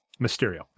Mysterio